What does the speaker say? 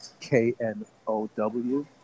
K-N-O-W